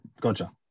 gotcha